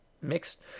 mixed